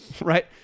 Right